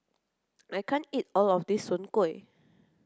I can't eat all of this Soon Kueh